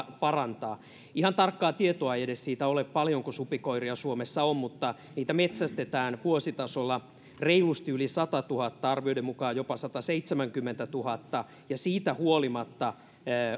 parantaa ihan tarkkaa tietoa ei edes ole siitä paljonko supikoiria suomessa on mutta niitä metsästetään vuositasolla reilusti yli satatuhatta arvioiden mukaan jopa sataseitsemänkymmentätuhatta ja siitä huolimatta